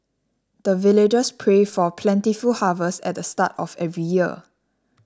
the villagers pray for plentiful harvest at the start of every year